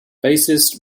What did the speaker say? bassist